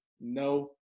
no